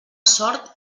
sort